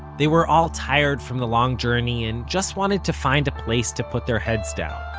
they were all tired from the long journey and just wanted to find a place to put their heads down.